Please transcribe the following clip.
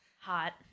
Hot